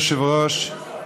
אדוני היושב-ראש,